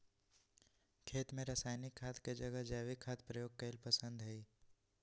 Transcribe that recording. खेत में रासायनिक खाद के जगह जैविक खाद प्रयोग कईल पसंद हई